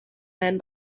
man